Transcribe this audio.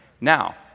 Now